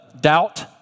doubt